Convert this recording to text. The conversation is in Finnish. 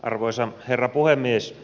arvoisa herra puhemies